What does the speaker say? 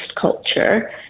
culture